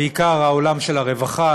בעיקר בעולם של הרווחה,